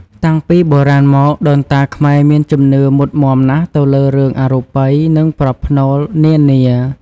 តាំងពីបុរាណមក ដូនតាខ្មែរមានជំនឿមុតមាំណាស់ទៅលើរឿងអរូបិយ និងប្រផ្នូលនានា។